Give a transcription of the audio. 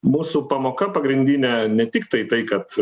mūsų pamoka pagrindinė ne tiktai tai kad